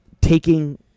taking